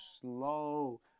slow